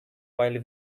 while